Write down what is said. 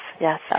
Yes